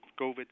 COVID